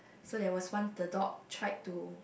so there was one the dog tried to